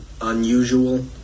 unusual